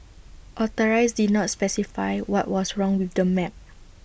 authorities did not specify what was wrong with the map